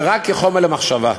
ורק כחומר למחשבה: